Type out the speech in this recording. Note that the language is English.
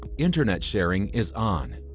internet sharing is on.